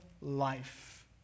life